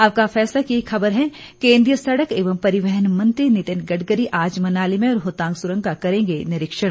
आपका फैसला की एक खबर है केंद्रीय सड़क एवं परिवहन मंत्री नितिन गड़करी आज मनाली में रोहतांग सुरंग का करेंगे निरीक्षण